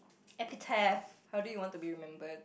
epitaph how do you want to be remembered